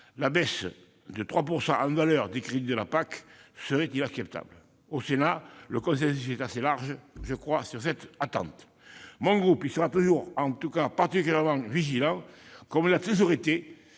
une baisse de 3 % en valeur des crédits de la PAC serait inacceptable. Au Sénat, le consensus est assez large, je le crois, sur cette attente. Mon groupe sera en tout cas particulièrement vigilant sur ce point, comme il l'a toujours été